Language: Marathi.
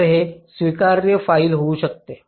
तर हे स्वीकार्य फाईन होऊ शकते